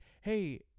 hey